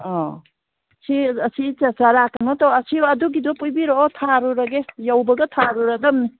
ꯑꯧ ꯁꯤ ꯆꯥꯔ ꯀꯩꯅꯣ ꯇꯧ ꯑꯁꯤꯔꯣ ꯑꯗꯨꯒꯤꯗꯣ ꯄꯤꯕꯤꯔꯛꯑꯣ ꯊꯥꯔꯨꯔꯒꯦ ꯌꯧꯕꯒ ꯊꯥꯔꯨꯔꯗꯝꯅꯤ